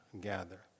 gather